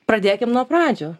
pradėkim nuo pradžių